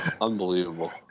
Unbelievable